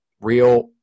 real –